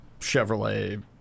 Chevrolet